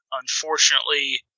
unfortunately